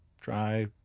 try